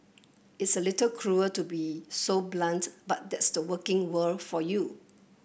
it's a little cruel to be so blunt but that's the working world for you